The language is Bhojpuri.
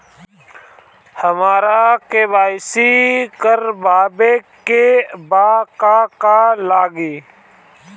हमरा के.वाइ.सी करबाबे के बा का का लागि?